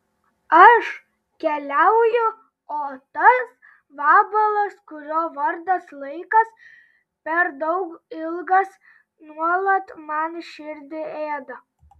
aš keliauju o tas vabalas kurio vardas laikas per daug ilgas nuolat man širdį ėda